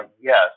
yes